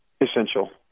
Essential